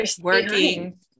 working